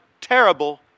terrible